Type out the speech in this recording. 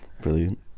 Brilliant